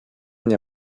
nie